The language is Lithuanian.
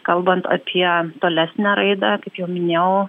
kalbant apie tolesnę raidą kaip jau minėjau